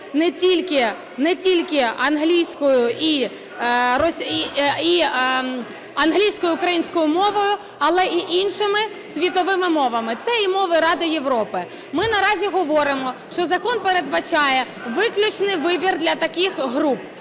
не тільки англійською і українською мовами, але і іншими світовими мовами, це і мови Ради Європи. Ми наразі говоримо, що закон передбачає виключний вибір для таких груп.